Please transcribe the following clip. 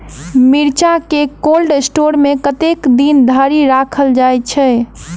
मिर्चा केँ cold store मे कतेक दिन धरि राखल छैय?